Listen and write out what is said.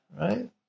right